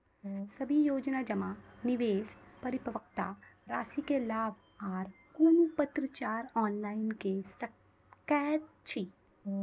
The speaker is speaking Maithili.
सभे योजना जमा, निवेश, परिपक्वता रासि के लाभ आर कुनू पत्राचार ऑनलाइन के सकैत छी?